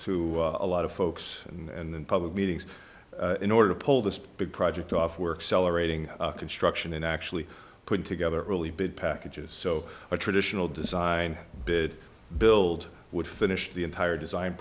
to a lot of folks and public meetings in order to pull this big project off work celebrating construction and actually put together a really big packages so a traditional design bid build would finish the entire design